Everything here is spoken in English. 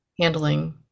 handling